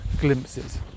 glimpses